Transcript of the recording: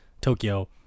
Tokyo